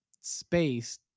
space